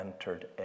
entered